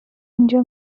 اینجا